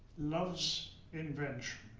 love's invention.